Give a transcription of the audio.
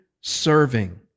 serving